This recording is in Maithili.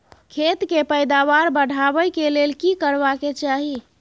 खेत के पैदावार बढाबै के लेल की करबा के चाही?